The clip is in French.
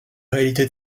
réalité